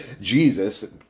Jesus